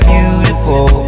Beautiful